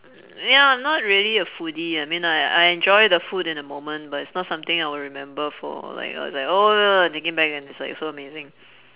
mm ya not really a foodie I mean I I enjoy the food in the moment but it's not something I will remember for like uh it's like oh ya thinking back and it's like so amazing